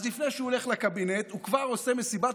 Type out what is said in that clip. אז לפני שהוא הולך לקבינט הוא כבר עושה מסיבת